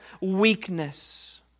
weakness